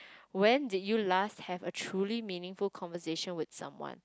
when did you last have a truly meaningful conversation with someone